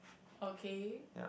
okay